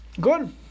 Good